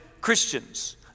Christians